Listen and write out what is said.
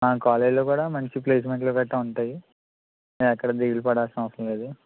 మన కాలేజీలో కూడా మంచి ప్లేసెమెంట్లు గట్రా ఉంటాయి ఎక్కడ దిగులు పడాల్సిన అవసరం లేదు